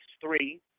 three